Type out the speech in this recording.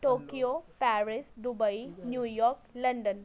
Tokyo Paris Dubai New York London